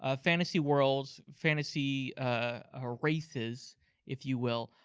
ah fantasy worlds, fantasy ah races if you will,